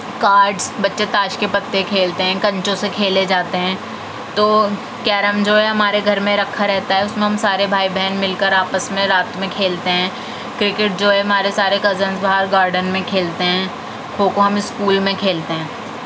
cards بچے تاش کے پتے کھیلتے ہیں کنچوں سے کھیلے جاتے ہیں تو کیرم جو ہے ہمارے گھر میں رکھا رہتا ہے اس میں ہم سارے بھائی بہن مل کر آپس میں رات میں کھیلتے ہیں کرکٹ جو ہے ہمارے سارے کزنز باہر گارڈن میں کھیلتے ہیں کھوکھو ہم اسکول میں کھیلتے ہیں